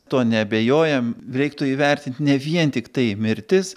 tuo neabejojam reiktų įvertint ne vien tiktai mirtis